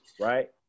right